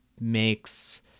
makes